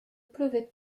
pleuvait